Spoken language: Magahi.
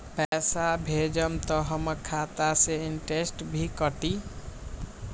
पैसा भेजम त हमर खाता से इनटेशट भी कटी?